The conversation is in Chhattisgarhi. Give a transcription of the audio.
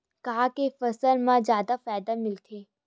का के फसल मा जादा फ़ायदा मिलथे?